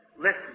listen